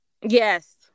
Yes